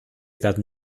werden